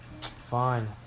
Fine